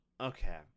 okay